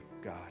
God